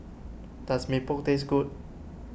does Mee Pok taste good